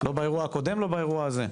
לא באירוע הקודם, לא באירוע הזה.